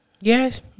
Yes